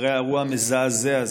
אחרי האירוע המזעזע הזה,